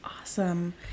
Awesome